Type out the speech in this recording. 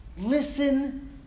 Listen